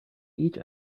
each